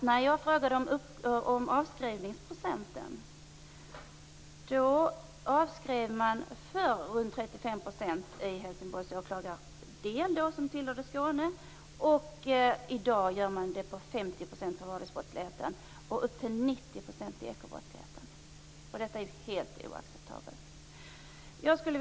När jag frågade om avskrivningsprocenten fick jag veta att man förr avskrev runt 35 % i dag avskriver man 50 % av vardagsbrottsligheten och upp till 90 % av ekobrottsligheten. Detta är helt oacceptabelt.